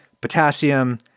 potassium